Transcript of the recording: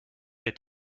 est